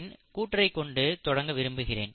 Theriot இன் கூற்றைக் கொண்டு தொடங்க விரும்புகிறேன்